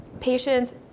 patients